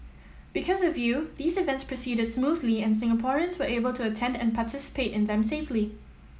because of you these events proceeded smoothly and Singaporeans were able to attend and participate in them safely